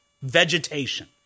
vegetation